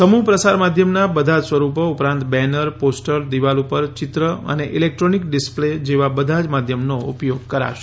સમૂહ પ્રસાર માધ્યમના બધા જ સ્વરૂપો ઉપરાંત બેનર પોસ્ટર દીવાલ ઉપર ચિત્ર અને ઇલેક્ટ્રોનિક ડિસપ્લે જેવા બધા જ માધ્યમોનો ઉપયોગ કરાશે